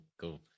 cool